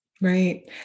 Right